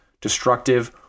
destructive